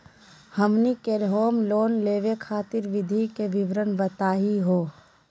हमनी के home loan लेवे खातीर विधि के विवरण बताही हो?